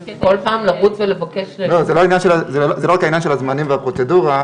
רק העניין של הזמנים והפרוצדורה,